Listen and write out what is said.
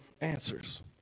answers